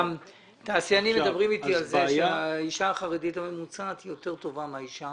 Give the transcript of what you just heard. התעשיינים אומרים לי שהאישה החרדית הממוצעת יותר טובה מהאישה